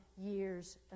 years